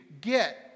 get